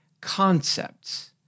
concepts